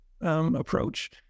approach